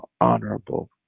honorable